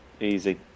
easy